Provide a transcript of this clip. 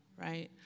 right